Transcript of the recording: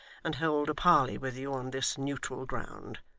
and hold a parley with you on this neutral ground